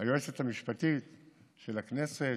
היועצת המשפטית של הכנסת,